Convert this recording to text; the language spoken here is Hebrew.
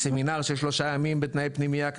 סמינר של 3 ימים בתנאי פנימייה,